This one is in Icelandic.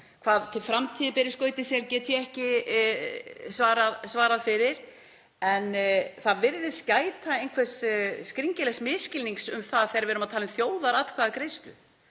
Hvað framtíðin ber í skauti sér get ég ekki svarað fyrir. Það virðist gæta einhvers skringilegs misskilnings þegar við erum að tala um þjóðaratkvæðagreiðslu.